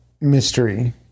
mystery